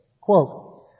quote